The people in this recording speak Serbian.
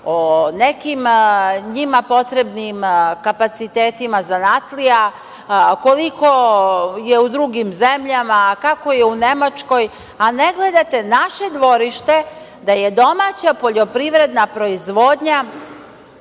nekim njima potrebnim kapacitetima zanatlija, koliko je u drugim zemljama, kako je u Nemačkoj, a ne gledate naše dvorište, da je domaća poljoprivredna proizvodnja